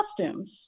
costumes